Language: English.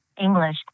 English